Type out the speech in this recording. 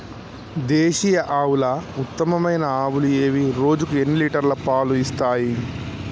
దేశీయ ఆవుల ఉత్తమమైన ఆవులు ఏవి? రోజుకు ఎన్ని లీటర్ల పాలు ఇస్తాయి?